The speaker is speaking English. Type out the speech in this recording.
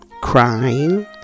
crying